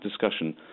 discussion